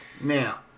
Now